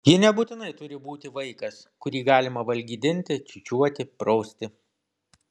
ji nebūtinai turi būti vaikas kurį galima valgydinti čiūčiuoti prausti